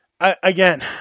Again